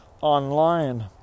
online